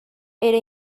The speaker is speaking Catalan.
era